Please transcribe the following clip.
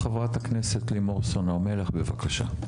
חברת הכנסת לימור סון הר מלך בבקשה.